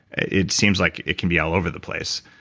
it seems like it can be all over the place.